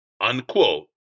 Unquote